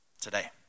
today